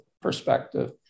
perspective